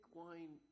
wine